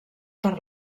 per